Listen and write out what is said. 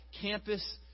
campus